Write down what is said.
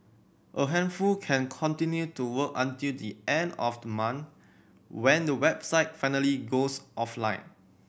a handful can continue to work until the end of the month when the website finally goes offline